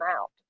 out